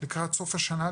לקראת סוף השנה,